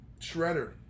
Shredder